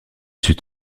sut